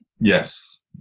Yes